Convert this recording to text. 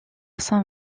saint